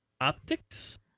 Optics